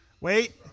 wait